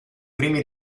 primi